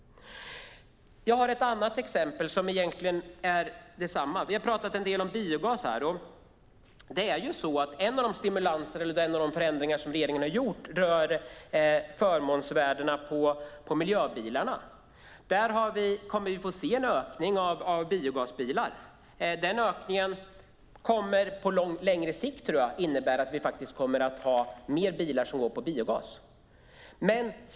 Jag har ett annat exempel som egentligen är detsamma. Vi har pratat en del om biogas här. En av de förändringar som regeringen har gjort rör förmånsvärdena på miljöbilarna. Jag tror att den förändringen på längre sikt kommer att innebära att vi kommer att ha fler bilar som går på biogas.